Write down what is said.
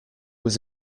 was